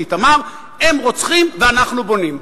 באיתמר: הם רוצחים ואנחנו בונים.